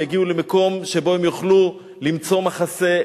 יגיעו למקום שבו הם יוכלו למצוא מחסה,